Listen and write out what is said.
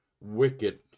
wicked